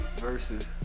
versus